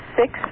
six